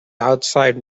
outside